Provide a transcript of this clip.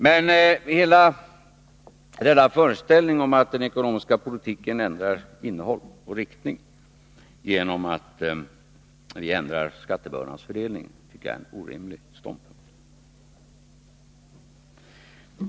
Men hela denna frågeställning om att den ekonomiska politiken ändrar innehåll och riktning genom att man ändrar skattebördans fördelning tycker jag är en orimlig ståndpunkt.